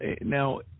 now